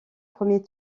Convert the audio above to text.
premier